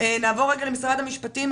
אני עוברת למשרד המשפטים.